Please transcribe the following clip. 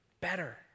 better